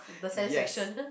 the sensation